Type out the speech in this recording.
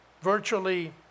virtually